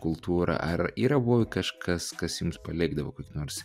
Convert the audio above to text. kultūrą ar yra buvę kažkas kas jums palikdavo kokį nors